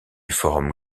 forum